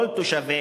כל תושביה,